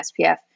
spf